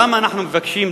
למה אנחנו מבקשים,